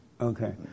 Okay